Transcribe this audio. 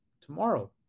tomorrow